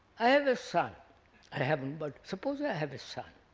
i have a son i haven't, but suppose i have a son.